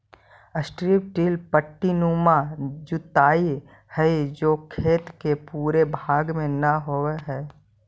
strip till पट्टीनुमा जोताई हई जो खेत के पूरे भाग में न होवऽ हई